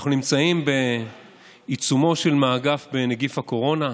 אנחנו נמצאים בעיצומו של מאבק בנגיף הקורונה.